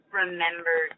remember